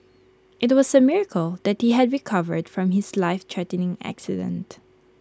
IT was A miracle that he had recovered from his lifethreatening accident